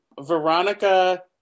veronica